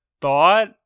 Thought